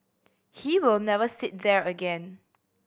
he will never sit there again